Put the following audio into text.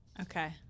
Okay